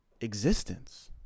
existence